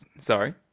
Sorry